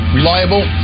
reliable